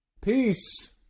Peace